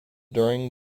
during